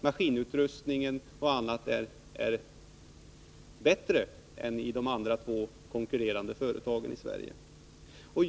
Maskinutrustning och annat är bättre där än i de två konkurrerande företagen i Sverige.